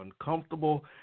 uncomfortable